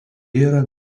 yra